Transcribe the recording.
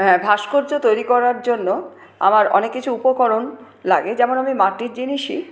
হ্যাঁ ভাস্কর্য তৈরি করার জন্য আমার অনেক কিছু উপকরণ লাগে যেমন আমি মাটির জিনিসই